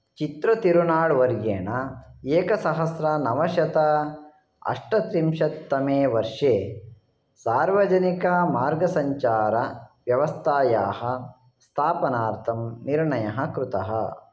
चित्र तिरुनाळ् वर्येण एकसहस्रं नवशतं अष्टत्रिंशत्तमे वर्षे सार्वजनिकमार्गसञ्चारव्यवस्थायाः स्थापनार्थं निर्णयः कृतः